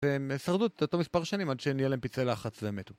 והם שרדו את אותו מספר שנים עד שנהיה להם פצעי לחץ והם מתו